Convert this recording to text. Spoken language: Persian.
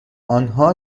آنها